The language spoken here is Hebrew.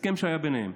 הסכם שהיה ביניהם: